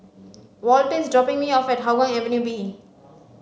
Walter is dropping me off at Hougang Avenue B